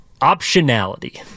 optionality